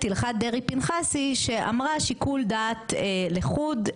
הלכת דרעי-פנחסי שאמרה שיקול דעת לחוד,